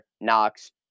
Knox